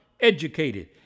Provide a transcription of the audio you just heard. educated